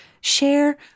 Share